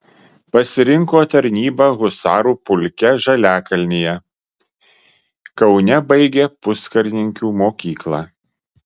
pasirinko tarnybą husarų pulke žaliakalnyje kaune baigė puskarininkių mokyklą